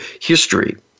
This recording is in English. history